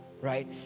right